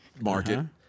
Market